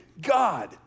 God